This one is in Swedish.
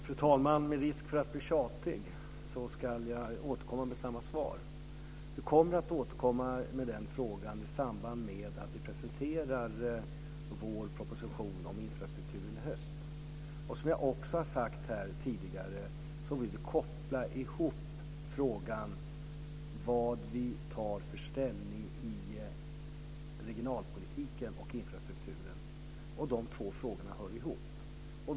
Fru talman! Med risk för att bli tjatig ska jag återkomma med samma svar. Vi kommer att återkomma till frågan i samband med att vi presenterar vår proposition om infrastrukturen i höst. Jag har också sagt här tidigare att vi vill koppla ihop frågorna om vilken ställning som ska tas i regionalpolitiken och i infrastrukturen.